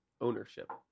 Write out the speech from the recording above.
ownership